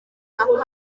kaboko